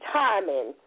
timing